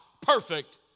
perfect